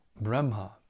Brahma